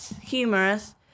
humorous